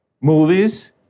movies